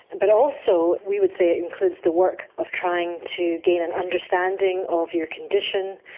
but also we would say it includes the work of trying to gain an understanding of your condition,